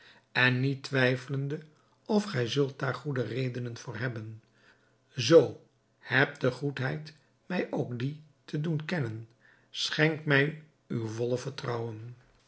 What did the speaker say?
en niet twijfelende of gij zult daar goede redenen voor hebben zoo heb de goedheid mij ook die te doen kennen schenk mij uw volle vertrouwen